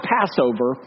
Passover